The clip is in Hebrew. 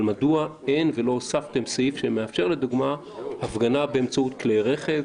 אבל מדוע לא הוספתם סעיף שמאפשר הפגנה באמצעות כלי רכב,